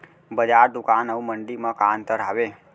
बजार, दुकान अऊ मंडी मा का अंतर हावे?